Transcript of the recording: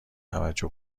توجه